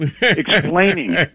explaining